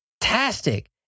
fantastic